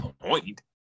point